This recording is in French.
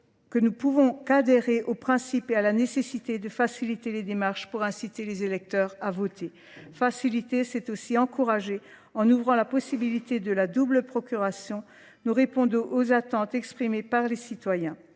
que nous pouvons cadérer aux principes et à la nécessité de faciliter les démarches pour inciter les électeurs à voter. Faciliter, c'est aussi encourager. En ouvrant la possibilité de la double procuration, nous répondons aux attentes exprimées par les citoyens.